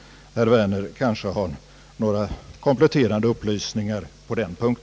Men herr Werner kanske har några kompletterande upplysningar på denna punkt?